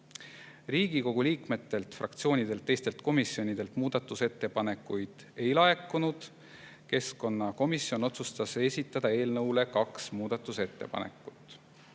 Riigikogu liikmetelt, fraktsioonidelt ega teistelt komisjonidelt muudatusettepanekuid ei laekunud. Keskkonnakomisjon otsustas esitada eelnõu kohta kaks muudatusettepanekut.